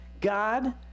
God